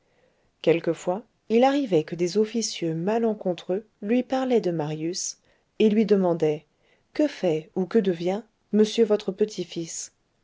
quelquefois il arrivait que des officieux malencontreux lui parlaient de marius et lui demandaient que fait ou que devient monsieur votre petit-fils